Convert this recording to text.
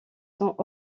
sont